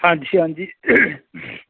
ਹਾਂਜੀ ਹਾਂਜੀ